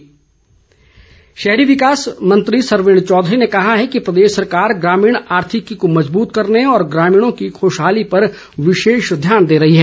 सरवीण शहरी विकास मंत्री सरवीण चौधरी ने कहा है कि प्रदेश सरकार ग्रामीण आर्थिकी को मजबूत करने और ग्रामीणों की खुशहाली पर विशेष ध्यान दे रही है